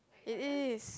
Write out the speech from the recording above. it is